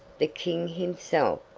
the king himself,